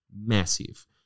massive